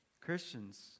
Christians